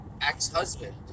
ex-husband